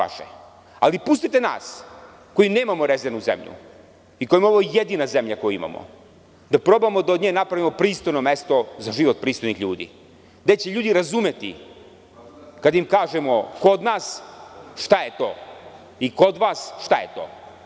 Ali, pustite nas koji nemamo rezervnu zemlju i kojima je ovo jedina zemlja koju imamo, da probamo da od nje napravimo pristojno mesto za život pristojnih ljudi, gde će ljudi razumeti kad im kažemo – kod nas šta je to, i kod vas šta je to.